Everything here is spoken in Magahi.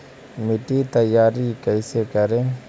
मिट्टी तैयारी कैसे करें?